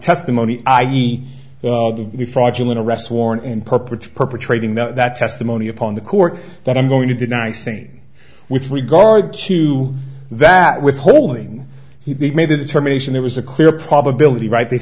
testimony i e welcome the fraudulent arrest warrant and purports perpetrating that testimony upon the court that i'm going to deny saying with regard to that withholding he made a determination there was a clear probability right they